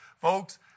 folks